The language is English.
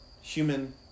human